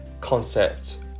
concept